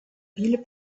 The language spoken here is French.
ville